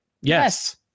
Yes